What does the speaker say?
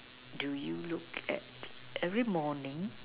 do you look at every morning